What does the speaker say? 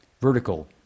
vertical